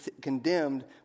condemned